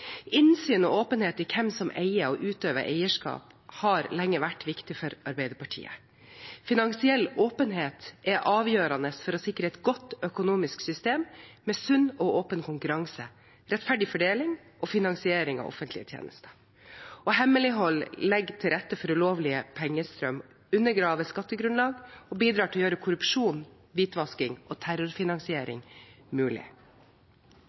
Innsyn og åpenhet i hvem som eier og utøver eierskap, har lenge vært viktig for Arbeiderpartiet. Finansiell åpenhet er avgjørende for å sikre et godt økonomisk system med sunn og åpen konkurranse, rettferdig fordeling og finansiering av offentlige tjenester. Hemmelighold legger til rette for ulovlige pengestrømmer, undergraver skattegrunnlag og bidrar til å gjøre korrupsjon, hvitvasking og terrorfinansiering mulig.